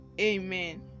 amen